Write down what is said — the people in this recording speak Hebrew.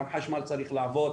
גם חשמל צריך לעבוד,